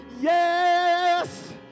yes